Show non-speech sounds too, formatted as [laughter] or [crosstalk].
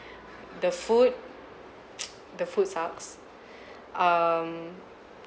[breath] the food [noise] the food sucks [breath] um